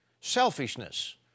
selfishness